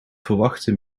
verwachte